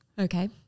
Okay